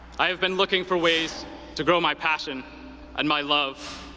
i have been looking for ways to grow my passions and my love,